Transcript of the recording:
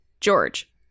George